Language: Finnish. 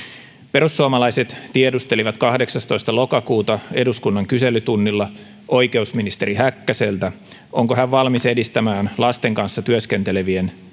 perussuomalaiset tiedustelivat kahdeksastoista lokakuuta eduskunnan kyselytunnilla oikeusministeri häkkäseltä onko hän valmis edistämään lasten kanssa työskentelevien